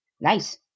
Nice